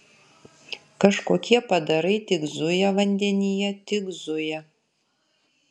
kažkokie padarai tik zuja vandenyje tik zuja